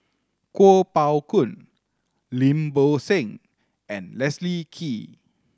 Kuo Pao Kun Lim Bo Seng and Leslie Kee